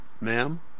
Ma'am